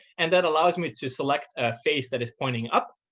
and that allows me to select a face that is pointing up.